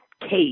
case